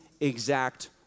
exact